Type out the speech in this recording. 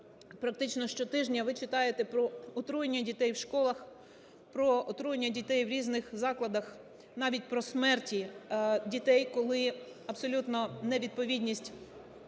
Практично щотижня ви читаєте про отруєння дітей в школах, про отруєння дітей в різних закладах, навіть про смерті дітей, коли абсолютно невідповідність